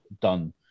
done